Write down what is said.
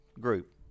group